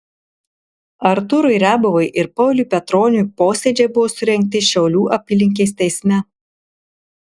artūrui riabovui ir pauliui petroniui posėdžiai buvo surengti šiaulių apylinkės teisme